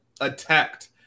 attacked